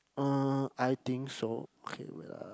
uh I think so okay wait ah